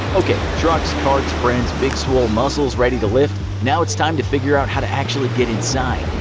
ok, truck, carts, friends, big swole muscles ready to lift now it's time to figure out how to actually get inside.